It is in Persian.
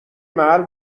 محل